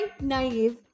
naive